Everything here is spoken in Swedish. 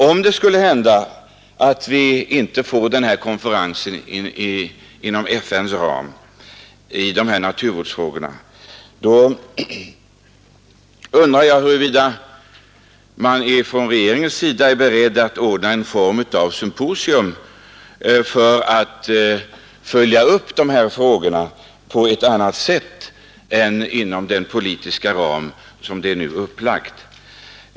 Om det skulle hända att vi inte får denna konferens i naturvårdsfrågorna inom FN:s ram, undrar jag huruvida man från regeringens sida är beredd att ordna en form av symposium för att följa upp dessa frågor på ett annat sätt än inom den politiska ram som nu är tänkt.